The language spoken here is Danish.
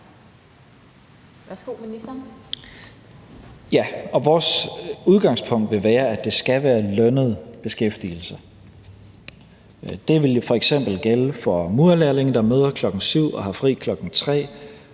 Vores udgangspunkt vil være, at det skal være lønnet beskæftigelse. Det vil f.eks. gælde for murerlærlinge, der møder kl. 7.00 og har fri kl.